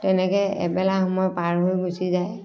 তেনেকৈ এবেলা সময় পাৰ হৈ গুচি যায়